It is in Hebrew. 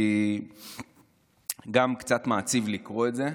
כי גם קצת מעציב לקרוא את זה,